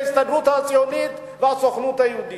להסתדרות הציונית ולסוכנות היהודית.